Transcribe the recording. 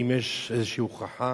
אם יש איזושהי הוכחה